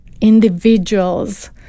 individuals